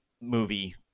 movie